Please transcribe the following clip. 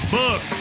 book